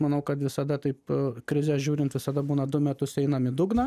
manau kad visada taip krizę žiūrint visada būna du metus einam į dugną